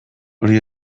hori